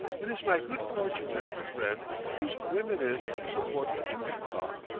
it is my good fortune to have a friend whose whim it is to support a touring-car,